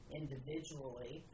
individually